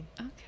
Okay